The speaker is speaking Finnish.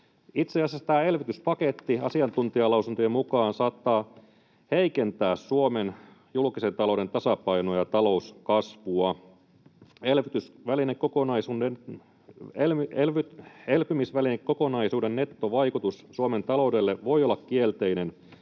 Itse asiassa tämä elvytyspaketti asiantuntijalausuntojen mukaan saattaa heikentää Suomen julkisen talouden tasapainoa ja talouskasvua. Elpymisvälinekokonaisuuden nettovaikutus Suomen taloudelle voi olla kielteinen,